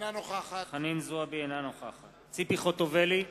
אינה נוכחת ציפי חוטובלי,